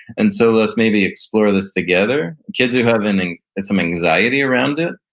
and so let's maybe explore this together. kids who have and and and some anxiety around it,